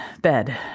bed